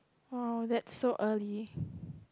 !wow! that's so early